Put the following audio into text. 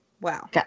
Wow